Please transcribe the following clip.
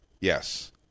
Yes